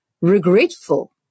regretful